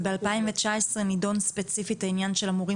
וב-2019 נדון ספציפית העניין של המורים